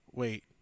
wait